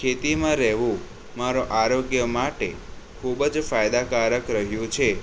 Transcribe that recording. ખેતીમાં રહેવું મારો આરોગ્ય માટે ખૂબ જ ફાયદાકારક રહ્યું છે